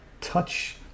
touch